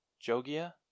Jogia